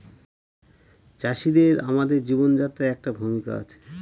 চাষিদের আমাদের জীবনযাত্রায় একটা ভূমিকা আছে